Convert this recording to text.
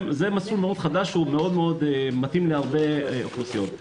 זה מסלול חדש שמתאים להרבה אוכלוסיות.